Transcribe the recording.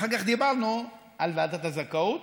אחר כך דיברנו על ועדת הזכאות,